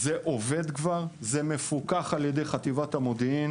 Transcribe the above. זה עובד כבר, זה מפוקח על ידי חטיבת המודיעין,